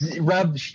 rub